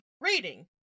reading